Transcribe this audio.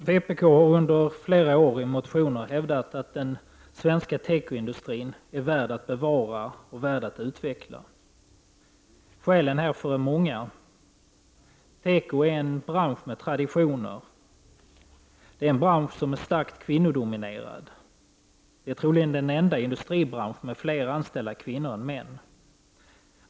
Fru talman! Vpk har under flera år hävdat att den svenska tekoindustrin är värd att bevara och utveckla. Skälen för detta är många. Teko är en bransch med traditioner, det är en bransch som är starkt kvinnodominerad. Det är troligen den enda industribranschen med fler anställda kvinnor än män.